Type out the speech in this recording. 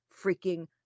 freaking